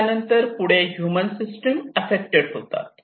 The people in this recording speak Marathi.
त्यानंतर पुढे ह्यूमन सिस्टम आफ्फेक्टेड होतात